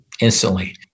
instantly